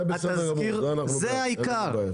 זה העיקר.